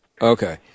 Okay